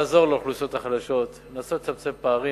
לעזור לאוכלוסיות החלשות, לנסות לצמצם פערים.